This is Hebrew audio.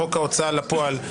רבה.